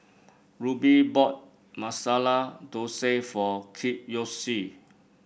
Rube bought Masala Dosa for Kiyoshi